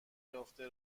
یافته